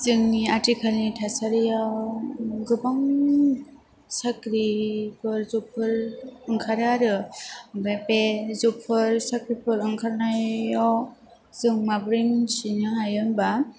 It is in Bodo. जोंनि आथिखालनि थासारियाव गोबां साख्रिफोर जबफोर ओंखारो आरो ओमफ्राय बे जबफोर साख्रिफोर ओंखारनायाव जों माब्रै मोनथिनो हायो होनबा